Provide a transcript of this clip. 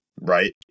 Right